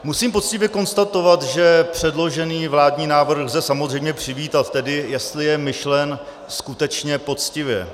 Musím poctivě konstatovat, že předložený vládní návrh lze samozřejmě přivítat, tedy jestli je myšlen skutečně poctivě.